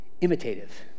imitative